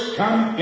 come